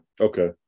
Okay